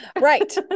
Right